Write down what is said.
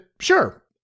sure